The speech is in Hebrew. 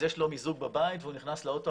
אז יש לו מיזוג בבית והוא נכנס לאוטו